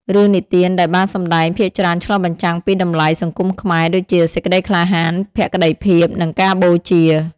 រឿងនិទានដែលបានសម្តែងភាគច្រើនឆ្លុះបញ្ចាំងពីតម្លៃសង្គមខ្មែរដូចជា សេចក្តីក្លាហាន ភក្ដីភាព និងការបូជា។